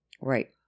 Right